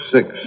Six